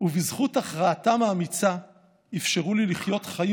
ובזכות הכרעתם האמיצה אפשרו לי לחיות חיים